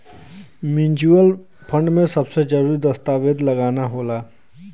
mutual fund में सब जरूरी दस्तावेज लगाना होला